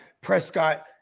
Prescott